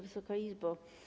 Wysoka Izbo!